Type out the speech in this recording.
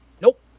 Nope